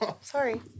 sorry